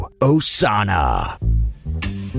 Osana